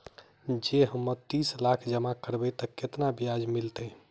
जँ हम तीस लाख जमा करबै तऽ केतना ब्याज मिलतै?